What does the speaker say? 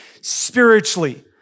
spiritually